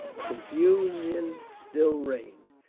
confusion still reigned.